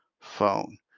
phone